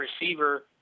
receiver